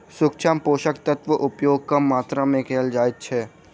सूक्ष्म पोषक तत्वक उपयोग कम मात्रा मे कयल जाइत छै